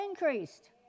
increased